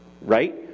right